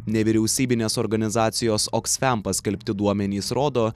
nevyriausybinės organizacijos oks fem paskelbti duomenys rodo